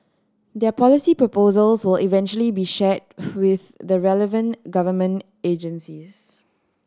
their policy proposals will eventually be shared with the relevant government agencies